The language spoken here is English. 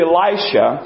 Elisha